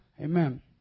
Amen